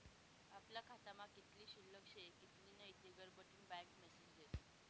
आपला खातामा कित्ली शिल्लक शे कित्ली नै घरबठीन बँक मेसेज देस